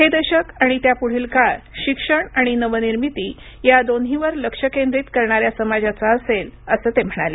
हे दशक आणि त्यापुढील काळ शिक्षण आणि नवनिर्मिती या दोन्हीवर लक्ष केंद्रित करणाऱ्या समाजाचं असेल असं म्हणाले